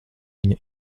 viņa